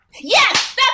Yes